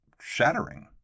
shattering